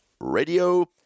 radio